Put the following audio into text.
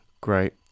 Great